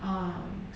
um